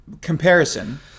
comparison